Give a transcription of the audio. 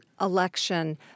election